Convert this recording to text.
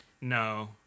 No